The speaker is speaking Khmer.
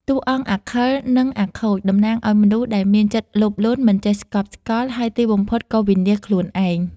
តួអង្គអាខិល និងអាខូច តំណាងឲ្យមនុស្សដែលមានចិត្តលោភលន់ មិនចេះស្កប់ស្កល់ ហើយទីបំផុតក៏វិនាសខ្លួនឯង។